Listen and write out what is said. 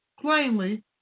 plainly